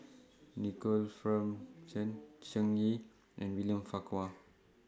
Nicoll Fearns John Shen Xi and William Farquhar